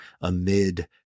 amid